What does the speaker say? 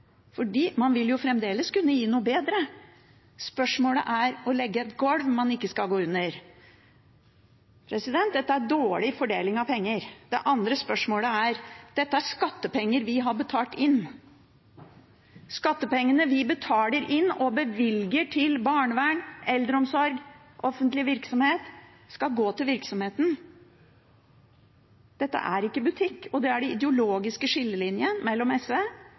man vil jo fremdeles kunne gi noe bedre. Spørsmålet handler om å legge et golv man ikke skal gå under. Dette er dårlig fordeling av penger. Det andre spørsmålet er: Dette er skattepenger vi har betalt inn. Skattepengene vi betaler inn og bevilger til barnevern, eldreomsorg og offentlig virksomhet, skal gå til virksomheten. Dette er ikke butikk, og det er den ideologiske skillelinjen mellom SV